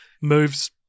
moves